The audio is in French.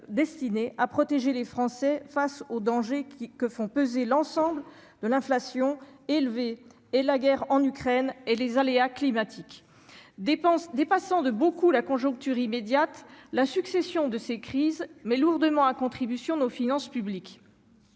destiné à protéger les Français face au danger qui que font peser l'ensemble de l'inflation élevée et la guerre en Ukraine et les aléas climatiques dépenses dépassant de beaucoup la conjoncture immédiate, la succession de ces crises mais lourdement à contribution nos finances publiques.